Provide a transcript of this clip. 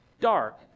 dark